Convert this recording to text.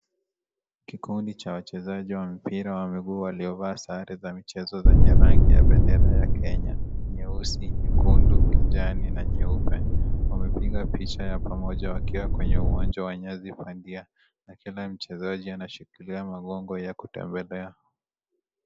Kikundi cha wachezaji wa mpira wa miguu waliovaa sare za michezo zenye rangi ya bendera ya Kenya, nyeusi, nyekundu, kijani na nyeupe wamepiga picha ya pamoja wakiwa kwenye uwanja wa nyasi bandia na kila mchezaji anashikilia magongo ya kutembelea.